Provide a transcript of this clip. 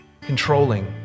controlling